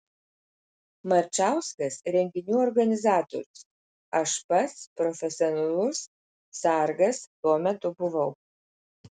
marčauskas renginių organizatorius aš pats profesionalus sargas tuo metu buvau